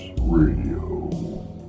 Radio